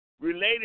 related